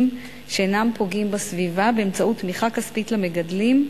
שאינם פוגעים בסביבה באמצעות תמיכה כספית למגדלים,